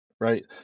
right